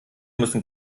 müssen